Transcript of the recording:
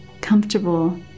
comfortable